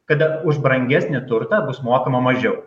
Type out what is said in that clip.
kada už brangesnį turtą bus mokama mažiau